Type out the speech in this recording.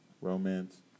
Romance